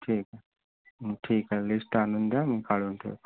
ठीक आहे ठीक आहे लिस्ट आणून द्या मी काढून ठेवतो